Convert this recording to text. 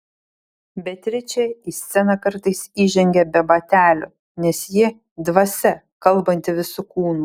beatričė į sceną kartais įžengia be batelių nes ji dvasia kalbanti visu kūnu